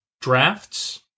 Drafts